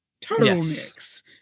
turtlenecks